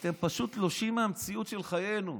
אתם פשוט תלושים מהמציאות של חיינו.